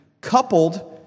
coupled